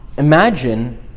Imagine